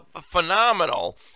phenomenal